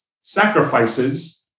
sacrifices